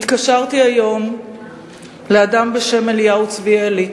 התקשרתי היום לאדם בשם אליהו צביאלי,